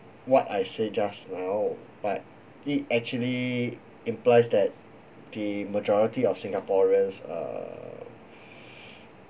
what I said just now but it actually implies that the majority of singaporeans are